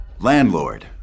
Landlord